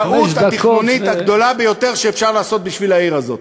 הטעות התכנונית הגדולה ביותר שאפשר לעשות בעיר הזאת.